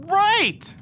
right